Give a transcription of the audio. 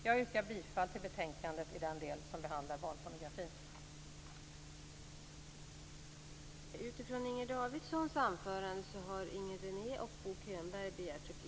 Jag yrkar bifall till utskottets hemställan i betänkandet i den del som handlar om barnpornografi.